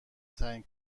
تعیین